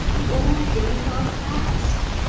the old days are passed.